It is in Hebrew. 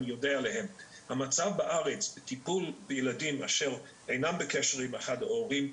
המצב בארץ בטיפול בילדים אשר אינם בקשר עם אחד ההורים,